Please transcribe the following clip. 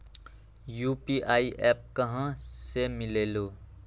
UPI app कहा से मिलेलु?